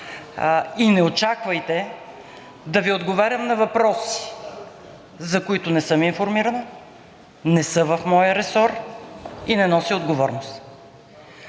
и не очаквайте да Ви отговарям на въпроси, за които не съм информирана, не са в моя ресор и не нося отговорност.